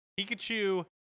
Pikachu